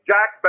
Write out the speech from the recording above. Jack